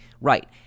Right